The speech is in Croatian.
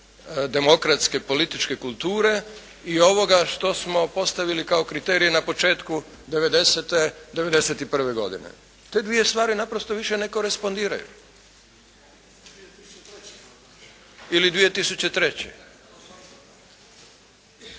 demokratske političke kulture i ovoga što smo postavili kao kriterij na početku 90.-te, 91. godine. Te dvije stvari naprosto više ne korespondiraju. Ili 2003.